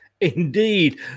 indeed